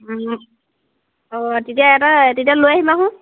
অঁ তেতিয়া এটা তেতিয়া লৈ আহিহো